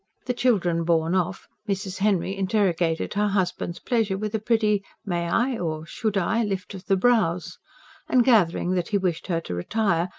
the children borne off, mrs. henry interrogated her husband's pleasure with a pretty may i? or should i? lift of the brows and gathering that he wished her to retire,